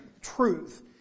truth